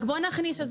רק בואו נכניס את